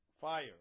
fire